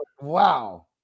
Wow